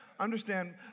Understand